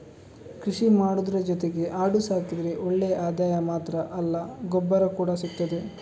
ಕೃಷಿ ಮಾಡುದ್ರ ಜೊತೆಗೆ ಆಡು ಸಾಕಿದ್ರೆ ಒಳ್ಳೆ ಆದಾಯ ಮಾತ್ರ ಅಲ್ಲ ಗೊಬ್ಬರ ಕೂಡಾ ಸಿಗ್ತದೆ